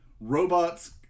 Robots